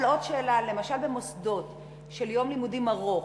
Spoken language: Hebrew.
אבל עוד שאלה: למשל במוסדות של יום לימודים ארוך,